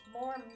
more